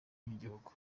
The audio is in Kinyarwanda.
ry’igihugu